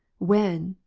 when,